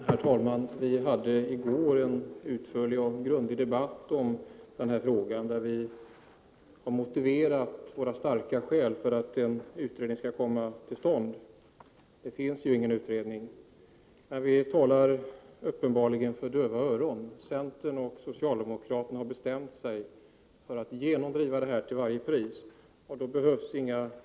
Prot. 1987/88:47 Herr talman! I går hade vi en grundlig debatt i den här frågan, där vi 17 december 1987 motiverade våra starka skäl för en utredning — det finns ju ingen sådan. Men ::- S Förnyad behandling av vi talar uppenbarligen för döva öron. Centern och socialdemokraterna har bestä ig fö dri jökslissring. tillivärjö' osie. STvdli ärende om ett nytt planestämt sig för att genomdriva en utlokalisering till varje pris.